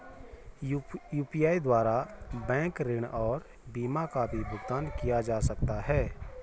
UPI द्वारा bank ऋण और बीमा का भी भुगतान किया जा सकता है?